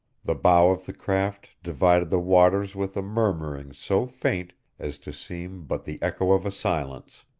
the bow of the craft divided the waters with a murmuring so faint as to seem but the echo of a silence.